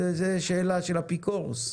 זו שאלה של אפיקורוס.